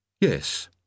Yes